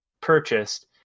purchased